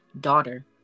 daughter